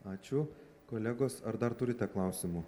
ačiū kolegos ar dar turite klausimų